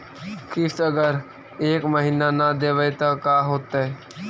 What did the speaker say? किस्त अगर एक महीना न देबै त का होतै?